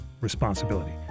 responsibility